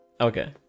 Okay